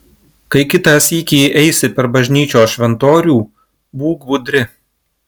kai kitą sykį eisi per bažnyčios šventorių būk budri